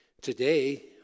Today